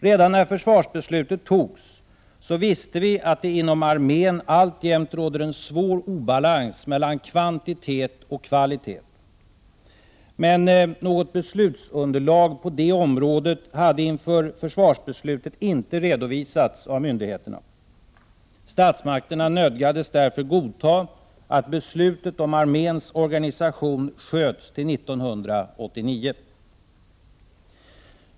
Redan när försvarsbeslutet fattades visste vi att det inom armén alltjämt råder en svår obalans mellan kvantitet och kvalitet. Men något beslutsunderlag på det området hade inför försvarsbeslutet inte redovisats av myndigheterna. Statsmakterna nödgades därför godta att beslutet om arméns organisation sköts till 1989.